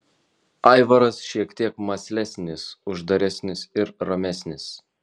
aivaras šiek tiek mąslesnis uždaresnis ir ramesnis